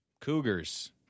Cougars